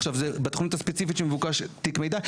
עכשיו זה בתוכנית הספציפית שמבוקש תיק ידע,